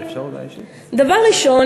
דבר ראשון,